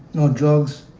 no drugs,